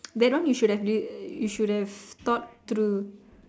there one you should have uh you should have thought through